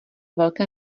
velké